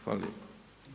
Hvala lijepa.